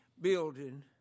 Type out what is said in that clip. building